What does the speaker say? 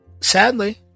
sadly